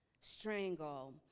strangle